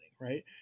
right